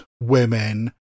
women